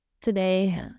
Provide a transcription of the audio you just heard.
Today